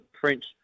French